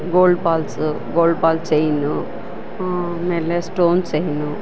gold balls gold ball chain ಆಮೇಲೆ stone chain